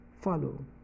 follow